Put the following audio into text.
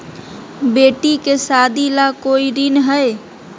बेटी के सादी ला कोई ऋण हई?